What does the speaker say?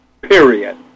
period